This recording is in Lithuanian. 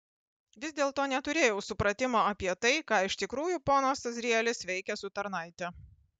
vis dėlto neturėjau supratimo apie tai ką iš tikrųjų ponas azrielis veikia su tarnaite